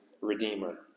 Redeemer